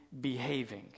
behaving